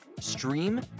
Stream